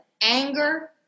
anger